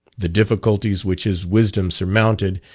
the difficulties which his wisdom surmounted,